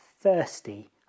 thirsty